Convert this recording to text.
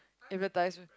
advertisement